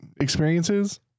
experiences